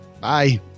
Bye